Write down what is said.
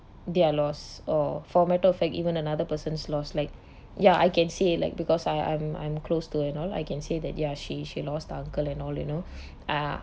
their loss or for matter of fact even another person's loss like ya I can say it like because I I'm I'm close to and all I can say that ya she she lost her uncle and all you know ah